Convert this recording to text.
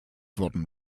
worden